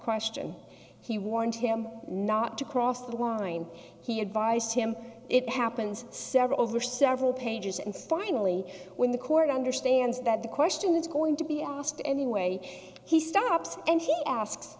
question he warned him not to cross the line he advised him it happens sever over several pages and finally when the court understands that the question is going to be asked any way he stops and he asks